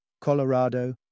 Colorado